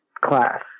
class